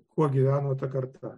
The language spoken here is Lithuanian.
kuo gyveno ta karta